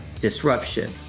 Disruption